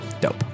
Dope